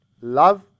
Love